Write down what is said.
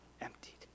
emptied